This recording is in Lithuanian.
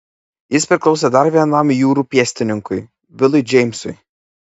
jis priklausė dar vienam jūrų pėstininkui bilui džeimsui